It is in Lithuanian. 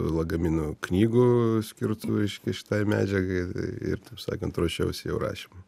lagaminą knygų skirtų reiškia šitai medžiagai ir taip sakant ruošiausi jo rašymui